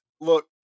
Look